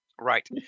Right